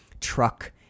truck